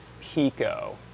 Pico